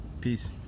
Peace